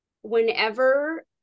whenever